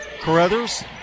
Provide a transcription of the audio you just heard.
Carruthers